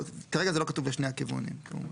כרגע זה לא כתוב לשני הכיוונים, כמובן.